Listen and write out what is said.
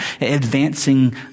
advancing